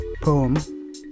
poem